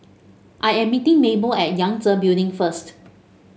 I am meeting Mable at Yangtze Building first